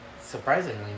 Surprisingly